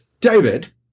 David